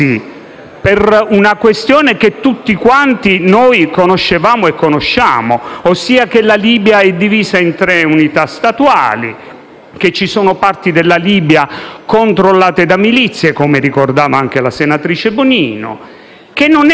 per una questione che tutti quanti noi conoscevamo e conosciamo. Mi riferisco cioè al fatto che la Libia è divisa in tre unità statuali, che ci sono parti della Libia controllate da milizie, come ricordava anche la senatrice Bonino, che non è